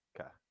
Okay